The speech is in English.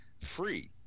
free